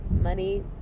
Money